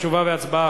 תשובה והצבעה,